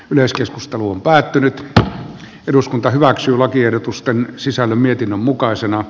myös keskusteluun päätynyt eduskunta hyväksyy lakiehdotusten sisällön mietinnön mukaisena